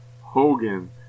Hogan